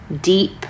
deep